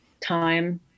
time